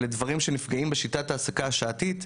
אלה דברים שנפגמים בשיטת ההעסקה השעתית,